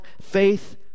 faith